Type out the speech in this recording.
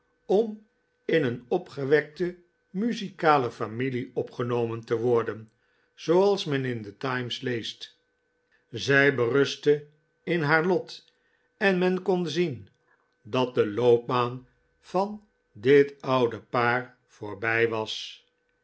om in een opgewekte muzikale familie opgenomen te worden zooals men in de times leest zij berustte in haar lot en men kon zien dat de loopbaan van dit oude paar voorbij was